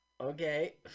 okay